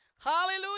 hallelujah